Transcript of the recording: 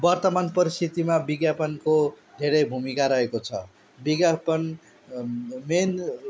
वर्तमान परिस्थितिमा विज्ञापनको धेरै भूमिका रहेको छ विज्ञापन मेन